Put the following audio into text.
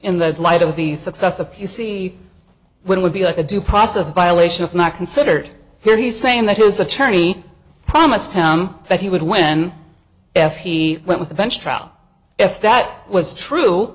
in the light of the success of you see when would be like a due process violation of not considered here he's saying that his attorney promised him that he would when if he went with a bench trial if that was true